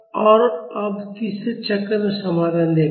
और अब तीसरे चक्र में समाधान देखते हैं